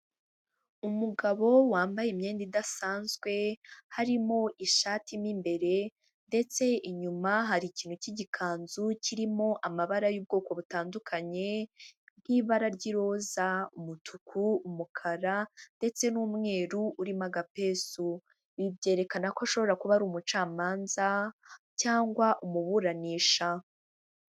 Umugabo wambaye imyenda idasanzwe, harimo ishati mo imbere ndetse inyuma hari ikintu cy'igikanzu kirimo amabara y'ubwoko butandukanye bw'ibara ry'iroza, umutuku, umukara ndetse n'umweru urimo agapesu. Ibi byerekana ko ashobora kuba ari umucamanza cyangwa umuburanisha.